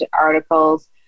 articles